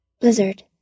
blizzard